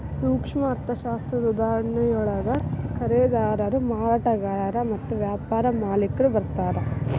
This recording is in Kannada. ಸೂಕ್ಷ್ಮ ಅರ್ಥಶಾಸ್ತ್ರದ ಉದಾಹರಣೆಯೊಳಗ ಖರೇದಿದಾರರು ಮಾರಾಟಗಾರರು ಮತ್ತ ವ್ಯಾಪಾರ ಮಾಲಿಕ್ರು ಬರ್ತಾರಾ